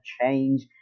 change